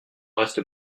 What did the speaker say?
reste